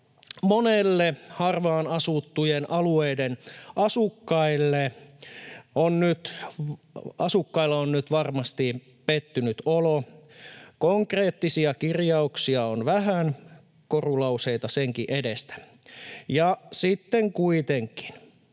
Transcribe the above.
monilla harvaan asuttujen alueiden asukkailla on nyt varmasti pettynyt olo. Konkreettisia kirjauksia on vähän, korulauseita senkin edestä. Ja sitten kuitenkin